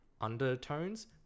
undertones